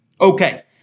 Okay